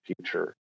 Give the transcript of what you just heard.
future